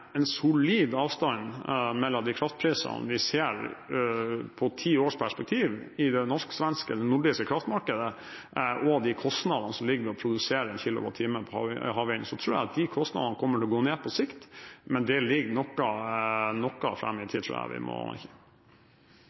en solid avstand mellom de kraftprisene vi ser i et tiårsperspektiv i det norsk-svenske eller nordiske kraftmarkedet, og de kostnadene som ligger i å produsere en kilowattime havvind. Jeg tror at de kostnadene kommer til å gå ned på sikt, men det ligger noe fram i tid, tror jeg vi må